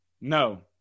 no